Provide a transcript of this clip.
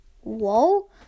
Whoa